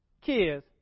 kids